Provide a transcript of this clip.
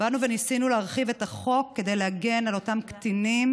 באנו וניסינו להרחיב את החוק כדי להגן על אותם קטינים,